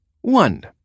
one